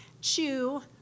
chew